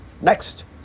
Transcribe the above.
Next